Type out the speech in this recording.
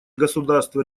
государства